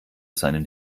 seinen